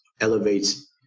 elevates